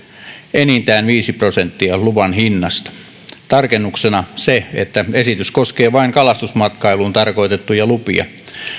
enintään viisi prosenttia luvan hinnasta tarkennuksena se että esitys koskee vain kalastusmatkailuun tarkoitettuja lupia